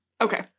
Okay